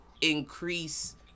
increase